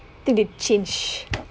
to the change